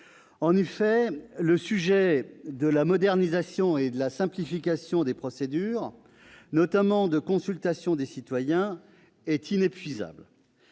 En effet, le sujet de la modernisation et de la simplification des procédures, notamment la consultation des citoyens, est inépuisable.